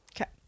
Okay